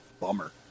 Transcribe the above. bummer